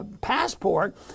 passport